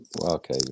okay